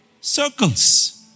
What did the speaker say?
circles